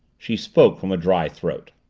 she spoke from a dry throat.